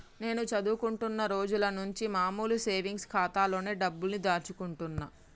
నేను చదువుకుంటున్న రోజులనుంచి మామూలు సేవింగ్స్ ఖాతాలోనే డబ్బుల్ని దాచుకుంటున్నా